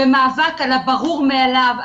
במאבק על הברור מאליו,